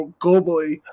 globally